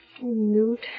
Newt